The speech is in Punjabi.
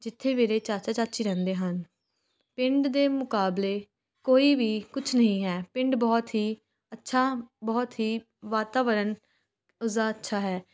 ਜਿੱਥੇ ਮੇਰੇ ਚਾਚਾ ਚਾਚੀ ਰਹਿੰਦੇ ਹਨ ਪਿੰਡ ਦੇ ਮੁਕਾਬਲੇ ਕੋਈ ਵੀ ਕੁਛ ਨਹੀਂ ਹੈ ਪਿੰਡ ਬਹੁਤ ਹੀ ਅੱਛਾ ਬਹੁਤ ਹੀ ਵਾਤਾਵਰਨ ਉਸ ਦਾ ਅੱਛਾ ਹੈ